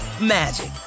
magic